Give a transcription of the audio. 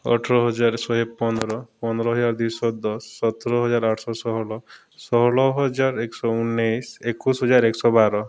ଅଠର ହଜାର ଶହେ ପନ୍ଦର ପନ୍ଦର ହଜାର ଦୁଇଶହ ଦଶ ସତର ହଜାର ଆଠଶହ ଷୋହଳ ଷୋହଳ ହଜାର ଏକଶହ ଉଣେଇଶି ଏକୋଇଶି ହଜାର ଏକଶହ ବାର